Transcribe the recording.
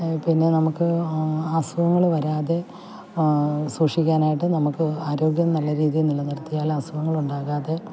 അതുപിന്നെ നമുക്ക് അസുഖങ്ങൾ വരാതെ സൂക്ഷിക്കാനായിട്ട് നമുക്ക് ആരോഗ്യം നല്ല രീതിയിൽ നിലനിർത്തിയാൽ അസുഖങ്ങളുണ്ടാകാതെ